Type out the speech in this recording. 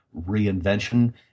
reinvention